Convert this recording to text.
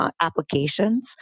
applications